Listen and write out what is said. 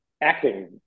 acting